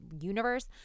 universe